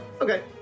Okay